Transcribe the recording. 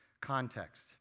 context